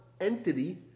entity